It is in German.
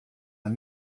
man